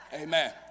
Amen